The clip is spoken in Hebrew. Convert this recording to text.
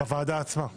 בוועדה עצמה.